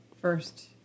first